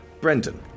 Brendan